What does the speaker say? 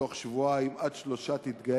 שבתוך שבועיים עד שלושה שבועות תתקיים